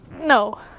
no